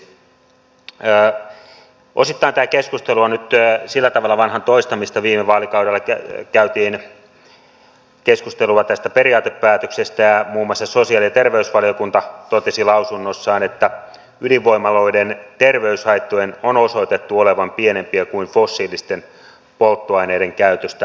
osittain tämä keskustelu on nyt sillä tavalla vanhan toistamista että viime vaalikaudella käytiin keskustelua tästä periaatepäätöksestä ja muun muassa sosiaali ja terveysvaliokunta totesi lausunnossaan että ydinvoimaloiden terveyshaittojen on osoitettu olevan pienempiä kuin ovat fossiilisten polttoaineiden käytöstä aiheutuvat haitat